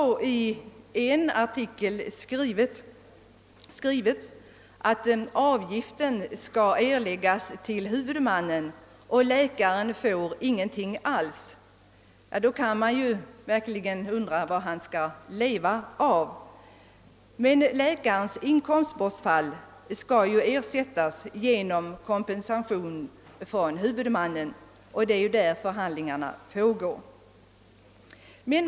I en artikel har det skrivits att avgiften skall erläggas till huvudmannen och att läkaren inte får någonting alls. Man kan undra vad han då skall leva av. Läkarens inkomstbortfall skall emellertid ersättas genom kompensation från huvudmannen, och på den punkten pågår nu förhandlingar.